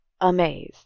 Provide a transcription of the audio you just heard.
amazed